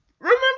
Remember